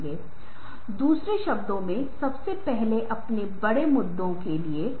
इसलिए ऐसा करने के लिए और लोगों को प्रभावित करने के लिए कुछ ऐसा उपयोग करना चाहिए जिसे लोग समझते हैं